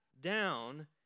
down